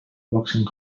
boxing